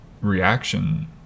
reaction